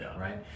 right